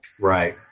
right